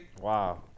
Wow